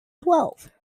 twelve